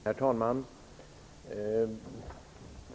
Herr talman!